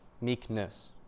meekness